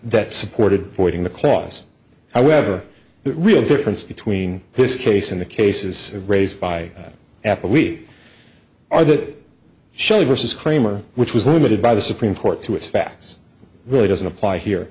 that supported voiding the clause however the real difference between this case and the cases raised by apple we are that showed vs kramer which was limited by the supreme court to its facts really doesn't apply here